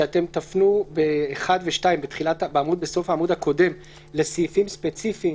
שאתם תפנו בסעיפים (1) ו-(2) שבסוף העמוד הקודם לסעיפים ספציפיים?